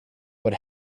what